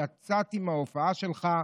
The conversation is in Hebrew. יצאתי מההופעה שלך,